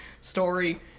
story